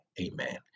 Amen